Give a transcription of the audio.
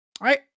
right